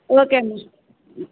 okay అమ్మా